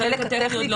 החלק הטכני לא מוכן.